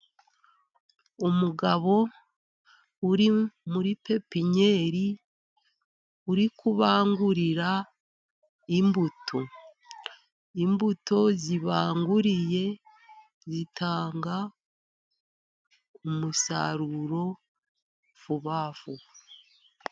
Umugabo uri muri pepiniyeri, uri kubangurira imbuto. Imbuto zibanguriye zitanga umusaruro vuba vuba.